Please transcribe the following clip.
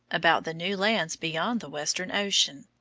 about the new lands beyond the western ocean.